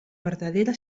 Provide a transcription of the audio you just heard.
verdadera